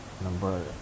number